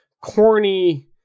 corny